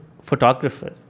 photographer